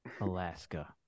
Alaska